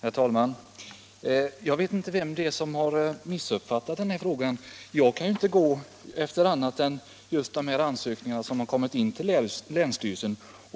Herr talman! Jag vet inte vem det är som har missuppfattat saken. Jag kan inte gå efter annat än den ansökan som kommit in till länsstyrelsen.